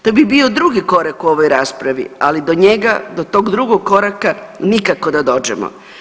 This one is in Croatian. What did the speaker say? To bi bio drugi korak u ovoj raspravi, ali do njega, do tog drugog koraka nikako da dođemo.